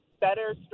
better